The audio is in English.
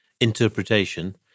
interpretation